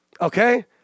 okay